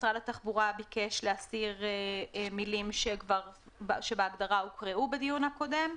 משרד התחבורה ביקש להסיר מילים שבהגדרה הוקראו בדיון הקודם.